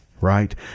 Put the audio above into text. right